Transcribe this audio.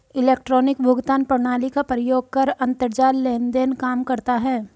electronic भुगतान प्रणाली का प्रयोग कर अंतरजाल लेन देन काम करता है